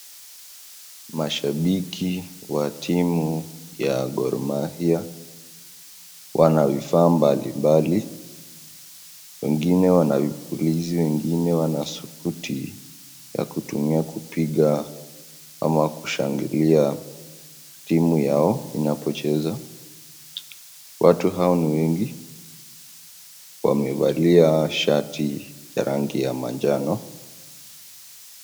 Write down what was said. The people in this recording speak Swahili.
Mashabiki wa timu ya Gor Mahia wana vifaa mbalimbali. Wengine wanavipulizi, wengine wana isikuti ya kutumia kupiga ama kushangilia timu yao inapocheza. Watu hao ni wengi. Wamevalia shati ya rangi ya manjano.